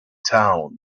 town